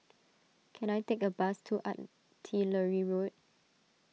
can I take a bus to Artillery Road